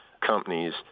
companies